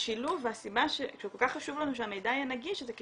השילוב והסיבה שכל כך חשוב לנו שהמידע יהיה נגיש זה כי